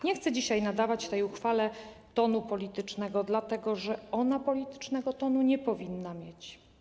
Nie chcę dzisiaj nadawać tej uchwale tonu politycznego, dlatego że ona politycznego tonu nie powinna mieć.